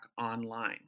online